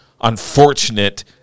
unfortunate